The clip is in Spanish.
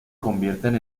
convierten